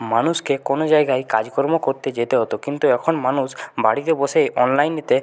মানুষকে কোনো জায়গায় কাজকর্ম করতে যেতে হতো কিন্তু এখন মানুষ বাড়িতে বসেই অনলাইনেতে